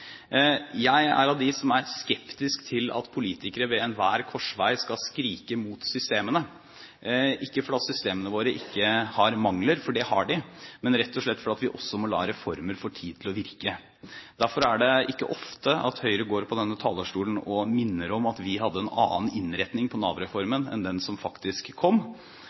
Jeg er av dem som er skeptisk til at politikere ved enhver korsvei skal skrike mot systemene – ikke fordi systemene våre ikke har mangler, for det har de, men rett og slett fordi vi også må la reformer få tid til å virke. Derfor er det ikke ofte at Høyre går på denne talerstolen og minner om at vi hadde en annen innretning på Nav-reformen enn den som faktisk kom.